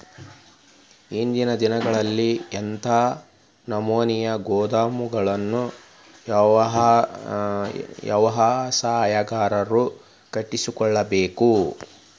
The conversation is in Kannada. ಇಂದಿನ ದಿನಗಳಲ್ಲಿ ಎಂಥ ನಮೂನೆ ಗೋದಾಮುಗಳನ್ನು ವ್ಯವಸಾಯಗಾರರು ಕಟ್ಟಿಸಿಕೊಳ್ಳಬೇಕು?